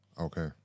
Okay